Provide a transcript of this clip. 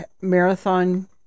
marathon